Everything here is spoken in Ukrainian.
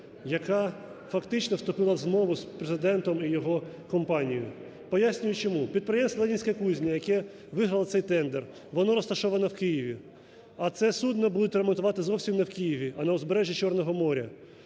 яка фактично вступила в змову з Президентом і його компанією. Пояснюю чому. Підприємство "Ленінська кузня", яке виграло цей тендер, воно розташовано в Києві, а це судно будуть ремонтувати зовсім не в Києві, а на узбережжі Чорного моря.